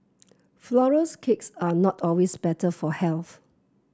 flourless cakes are not always better for health